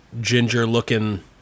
ginger-looking